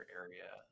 area